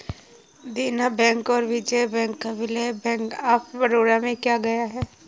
देना बैंक और विजया बैंक का विलय बैंक ऑफ बड़ौदा में किया गया है